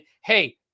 Hey